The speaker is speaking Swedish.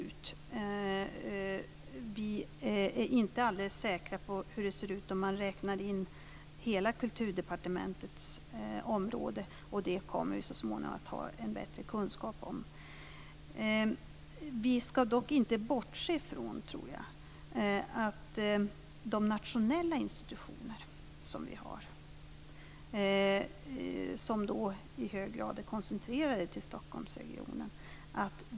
Vi är inte alldeles säkra på hur det ser ut om man räknar in hela Kulturdepartementets område, men det kommer vi att ha en bättre kunskap om så småningom. Jag tror dock att vi inte skall bortse från att vi också måste ställa krav på de nationella institutionerna som i hög grad är koncentrerade till Stockholmsregionen.